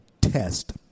test